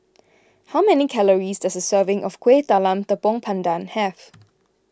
how many calories does a serving of Kueh Talam Tepong Pandan have